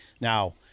Now